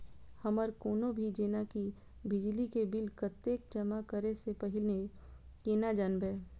हमर कोनो भी जेना की बिजली के बिल कतैक जमा करे से पहीले केना जानबै?